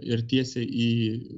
ir tiesiai į